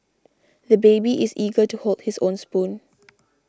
the baby is eager to hold his own spoon